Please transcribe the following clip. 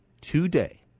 today